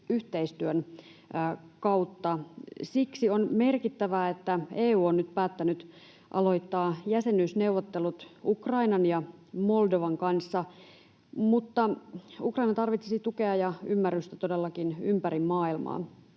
yhteistyön kautta, siksi on merkittävää, että EU on nyt päättänyt aloittaa jäsenyysneuvottelut Ukrainan ja Moldovan kanssa. Mutta Ukraina tarvitsisi tukea ja ymmärrystä todellakin ympäri maailmaa.